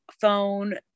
phone